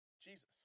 Jesus